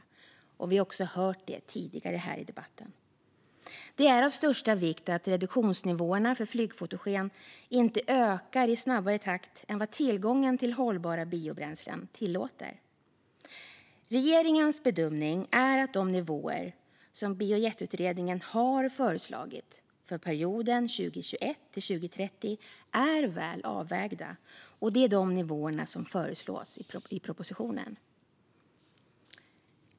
Det har vi också hört tidigare här i debatten. Det är av största vikt att reduktionsnivåerna för flygfotogen inte ökar i snabbare takt än vad tillgången till hållbara biobränslen tillåter. Regeringens bedömning är att de nivåer som Biojetutredningen har föreslagit för perioden 2021-2030 är väl avvägda, och det är de nivåerna som föreslås i propositionen.